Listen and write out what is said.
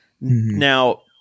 Now